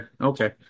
Okay